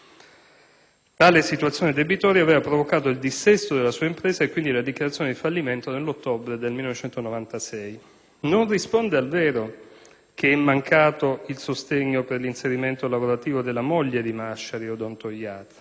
Tale situazione debitoria aveva provocato il dissesto della sua impresa e quindi la dichiarazione di fallimento nell'ottobre del 1996. Non risponde al vero che è mancato il sostegno per l'inserimento lavorativo della moglie di Masciari, odontoiatra.